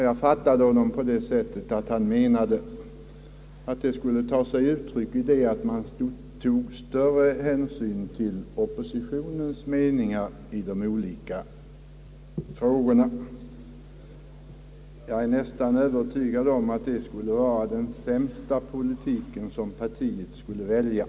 Jag fattade honom så, att han menade att regeringen skulle ta större hänsyn till oppositionens meningar i de olika frågorna. Jag är övertygad om att det skulle vara den sämsta politik som partiet kunde välja.